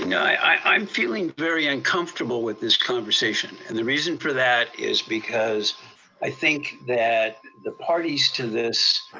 yeah i'm feeling very uncomfortable with this conversation. and the reason for that is because i think that the parties to this.